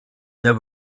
there